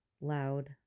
loud